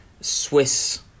Swiss